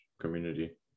community